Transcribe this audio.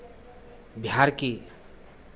बिहार की